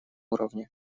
уровне